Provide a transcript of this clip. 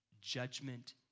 judgment